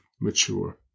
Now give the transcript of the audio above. mature